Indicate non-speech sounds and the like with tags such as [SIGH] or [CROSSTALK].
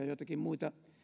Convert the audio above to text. [UNINTELLIGIBLE] joitakin muita